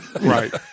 right